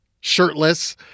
shirtless